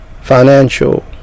financial